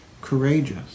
courageous